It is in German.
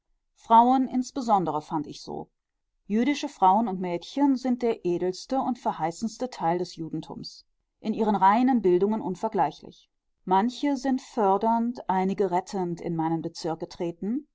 frauen insbesondere fand ich so jüdische frauen und mädchen sind der edelste und verheißendste teil des judentums in ihren reinen bildungen unvergleichlich manche sind fördernd einige rettend in meinen bezirk getreten